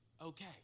okay